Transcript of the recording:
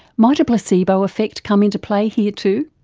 might a placebo effect come into play here too?